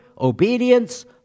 obedience